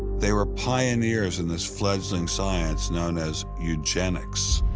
they were pioneers in this fledging science known as eugenics.